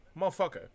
motherfucker